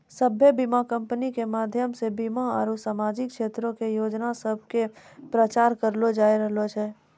सभ्भे बीमा कंपनी के माध्यमो से बीमा आरु समाजिक क्षेत्रो के योजना सभ के प्रचार करलो जाय रहलो छै